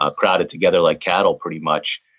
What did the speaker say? ah crowded together like cattle pretty much,